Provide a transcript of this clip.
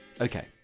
Okay